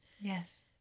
Yes